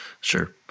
sure